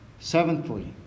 Seventhly